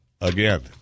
again